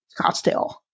Scottsdale